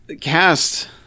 cast